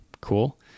cool